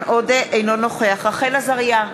אינו נוכח רחל עזריה,